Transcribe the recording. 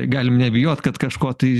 galim nebijot kad kažko tai